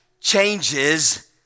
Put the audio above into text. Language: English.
changes